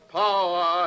power